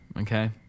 Okay